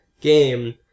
game